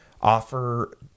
offer